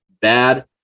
bad